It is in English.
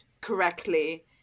correctly